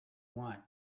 want